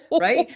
right